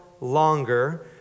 longer